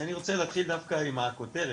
אני רוצה דווקא להתחיל עם הכותרת,